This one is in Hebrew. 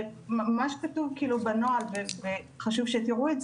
מה שכתוב בנוהל וחשוב שתראו,